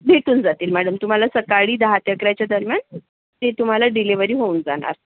भेटून जातील मॅडम तुम्हाला सकाळी दहा ते अकराच्या दरम्यान ती तुम्हाला डिलेव्हरी होऊन जाणार